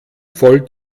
voll